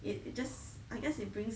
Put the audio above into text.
it it just I guess it brings